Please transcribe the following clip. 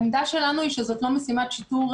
העמדה שלנו היא שזו לא משימת שיטור.